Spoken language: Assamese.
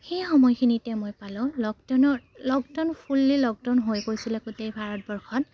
সেই সময়খিনিতে মই পালোঁ লকডাউনৰ লকডাউন ফুল্লি লকডাউন হৈ গৈছিলে গোটেই ভাৰতবৰ্ষত